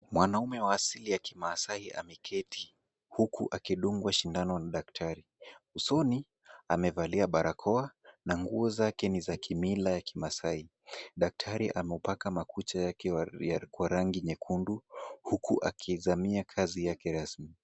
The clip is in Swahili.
Mwanaume wa asili ya kimaasai ameketi huku akidungwa sindano na daktari. Usoni amevalia barakoa na nguo zake ni za kimila ya kimaasai. Daktari ameupaka makucha yake kwa rangi nyekundu huku akizamia kazi yake rasmi.